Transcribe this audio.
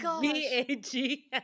b-a-g